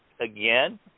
Again